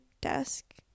desk